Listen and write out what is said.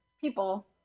people